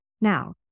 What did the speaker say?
Now